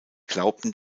glaubt